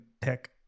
tech